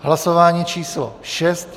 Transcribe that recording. Hlasování číslo 6.